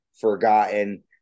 forgotten